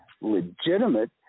legitimate